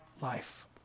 life